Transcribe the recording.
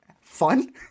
fun